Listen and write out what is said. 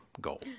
goal